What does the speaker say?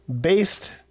based